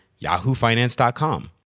yahoofinance.com